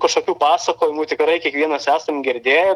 kažkokių pasakojimų tikrai kiekvienas esam girdėję